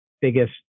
biggest